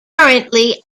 currently